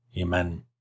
Amen